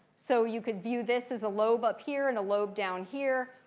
so you could view this as a lobe up here and a lobe down here.